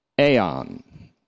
aeon